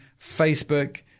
Facebook